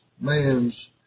man's